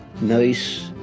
nice